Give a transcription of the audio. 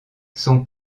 son